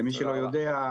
למי שלא יודע,